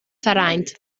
vereint